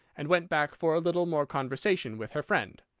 and went back for a little more conversation with her friend.